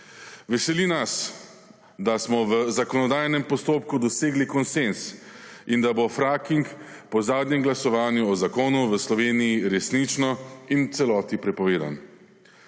Veseli nas, da smo v zakonodajnem postopku dosegli konsenz in da bo fracking po zadnjem glasovanju o zakonu v Sloveniji resnično in v celoti prepovedan.